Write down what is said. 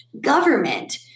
Government